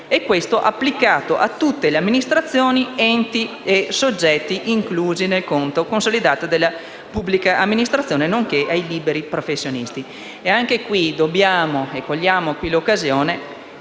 payment*, applicato a tutte le amministrazioni, enti e soggetti inclusi nel conto consolidato della pubblica amministrazione, nonché ai liberi professionisti. Anche in questo caso, cogliamo l'occasione